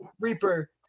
Reaper